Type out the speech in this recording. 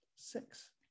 six